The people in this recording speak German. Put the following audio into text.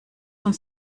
uns